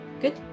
Good